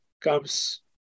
comes